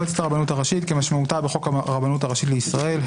"מועצת הרבנות הראשית" כמשמעותה בחוק הרבנות הראשית לישראל,